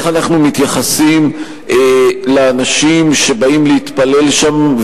איך אנחנו מתייחסים לאנשים שבאים להתפלל שם,